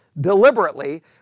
deliberately